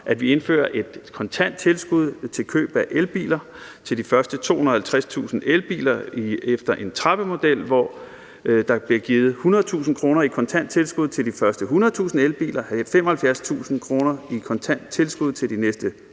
og vi indfører et kontant tilskud til køb af elbiler til de første 250.000 elbiler efter en trappemodel, hvor der bliver givet 100.000 kr. i kontant tilskud til de første 100.000 elbiler, 75.000 kr. i kontant tilskud til de næste